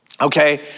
okay